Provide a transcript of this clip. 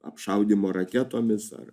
apšaudymo raketomis ar